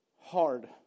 hard